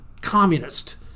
communist